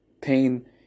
pain